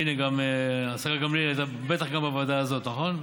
הינה, גם השרה גמליאל בטח גם בוועדה הזאת, נכון?